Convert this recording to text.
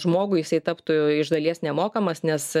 žmogui jisai taptų iš dalies nemokamas nes